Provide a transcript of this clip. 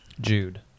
Jude